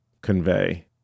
convey